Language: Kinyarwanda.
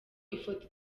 ifoto